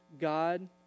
God